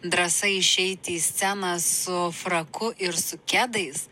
drąsa išeiti į sceną su fraku ir su kedais